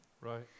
Right